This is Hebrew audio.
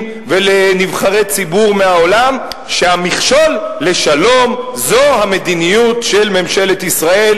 ולנבחרי ציבור מהעולם שהמכשול לשלום זה המדיניות של ממשלת ישראל,